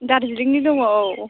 डारजिलिंनि दङ औ